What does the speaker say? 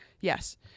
Yes